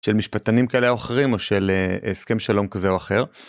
של משפטנים כאלה או אחרים או של הסכם שלום כזה או אחר.